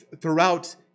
throughout